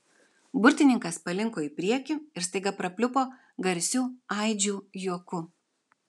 burtininkas palinko į priekį ir staiga prapliupo garsiu aidžiu juoku